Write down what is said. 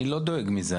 אני לא דואג מזה.